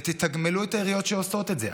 ותתגמלו את העיריות שעושות את זה.